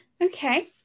okay